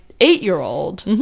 eight-year-old